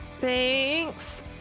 Thanks